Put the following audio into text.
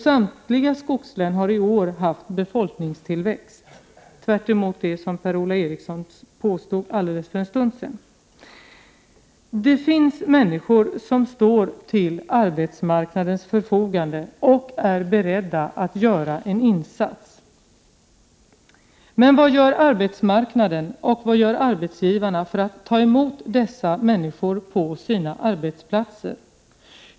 Samtliga skogslän har i år haft befolkningstillväxt, tvärtemot det som Per-Ola Eriksson påstod för en stund sedan. Det finns människor som står till arbetsmarknadens förfogande och är beredda att göra en insats. Men vad gör arbetsmarknaden och vad gör arbetsgivarna för att ta emot dessa människor på sina arbetsplatser?